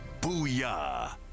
Booyah